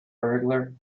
burglar